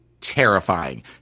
terrifying